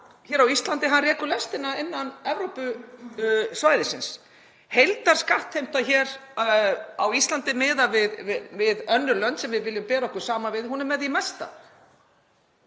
hér á Íslandi rekur lestina innan Evrópusvæðisins. Heildarskattheimta hér á Íslandi, miðað við önnur lönd sem við viljum bera okkur saman við, hún er með því mesta.